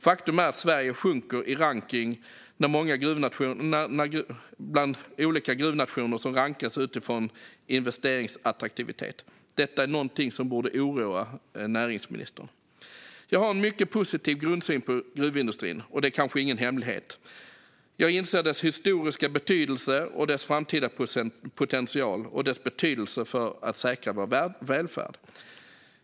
Faktum är att Sverige sjunker i rankningen när olika gruvnationer rankas utifrån investeringsattraktivitet. Detta är någonting som borde oroa näringsministern. Jag har en mycket positiv grundsyn på gruvindustrin, och det är kanske ingen hemlighet. Jag inser dess historiska betydelse, dess framtida potential och dess betydelse för att säkra vår välfärd.